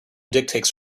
dictates